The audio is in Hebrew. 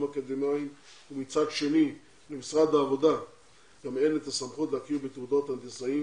אקדמאיים ומצד שני למשרד העבודה גם אין את הסמכות להכיר בתעודות הנדסאים